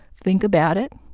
think about it.